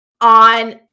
On